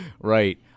Right